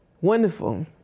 Wonderful